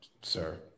sir